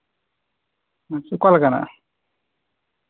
ᱚᱠᱟ ᱞᱮᱠᱟᱱᱟᱜ